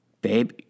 Babe